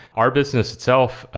our business itself,